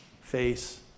face